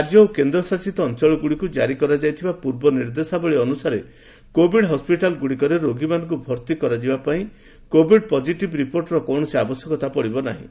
ରାଜ୍ୟ ଓ କେନ୍ଦ୍ରଶାସିତ ଅଞ୍ଚଳ ଗୁଡ଼ିକୁ ଜାରି କରାଯାଇଥିବା ପୂର୍ବ ନିର୍ଦ୍ଦେଶାବଳୀ ଅନୁସାରେ କୋଭିଡ୍ ହସିଟାଲ ଗୁଡ଼ିକରେ ରୋଗୀମାନଙ୍କୁ ଭର୍ତ୍ତି କରାଯିବା ପାଇଁ କୋଭିଡ ପକ୍ଟିଟିଭ ରିପୋର୍ଟର କୌଣସି ଆବଶ୍ୟକତା ପଡ଼ିବ ନାହିଁ